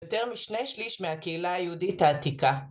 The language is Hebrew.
יותר משני שליש מהקהילה היהודית העתיקה.